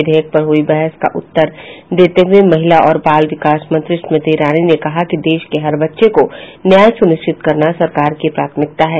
विधेयक पर हुई बहस का उत्तर देते हुए महिला और बाल विकास मंत्री स्मृति ईरानी ने कहा कि देश के हर बच्चे को न्याय सुनिश्चित करना सरकार की प्राथमिकता है